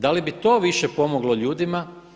Da li bi to više pomoglo ljudima?